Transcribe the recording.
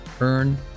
Earn